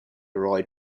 roy